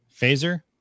Phaser